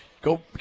go